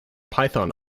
python